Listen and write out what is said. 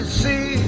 see